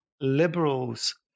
liberals